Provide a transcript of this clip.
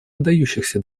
выдающихся